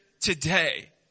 today